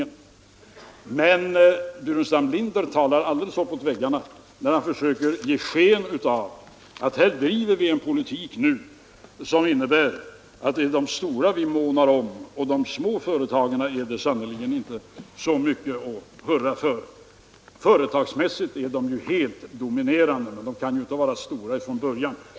— Men herr Burenstam Linder talar alldeles uppåt väggarna när han försöker ge sken av att vi här driver en politik som innebär att det är de stora företagen vi månar om och att de små företagen sannerligen inte skulle vara så värst mycket att hurra för. Företagsmässigt är ju de små företagen helt dominerande på marknaden, men de kan ju inte vara stora redan från början.